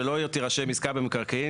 שאומר שלא תירשם עסקה במקרקעין,